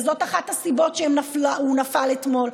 וזאת אחת הסיבות שהוא נפל אתמול,